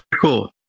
Cool